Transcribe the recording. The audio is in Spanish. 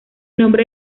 nombre